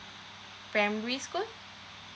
primary school